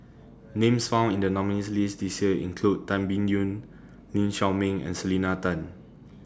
Names found in The nominees' list This Year include Tan Biyun Lee Shao Meng and Selena Tan